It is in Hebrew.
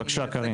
בבקשה.